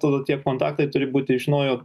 tada tie kontaktai turi būti iš naujo